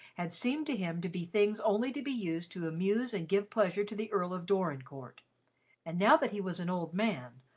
had seemed to him to be things only to be used to amuse and give pleasure to the earl of dorincourt and now that he was an old man,